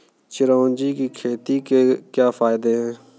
चिरौंजी की खेती के क्या फायदे हैं?